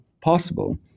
possible